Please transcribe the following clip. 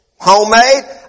homemade